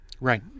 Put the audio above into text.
Right